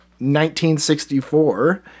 1964